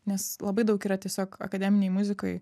nes labai daug yra tiesiog akademinėj muzikoj